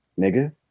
nigga